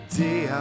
day